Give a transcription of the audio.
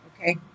Okay